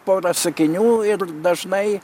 porą sakinių ir dažnai